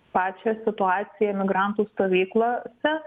pačią situaciją migrantų stovyklose